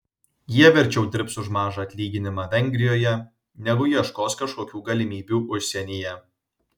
jie verčiau dirbs už mažą atlyginimą vengrijoje negu ieškos kažkokių galimybių užsienyje